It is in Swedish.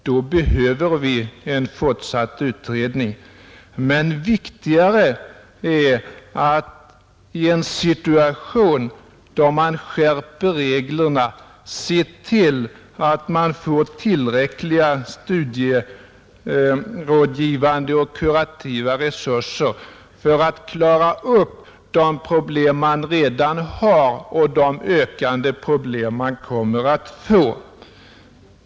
Då behöver vi en fortsatt utredning, Men viktigare är att i en situation då man skärper reglerna se till att man får tillräckliga studierådgivande och kurativa resurser för att klara upp de problem som man redan har och de ökande problem som man kommer att få.